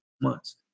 months